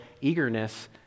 eagerness